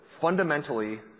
Fundamentally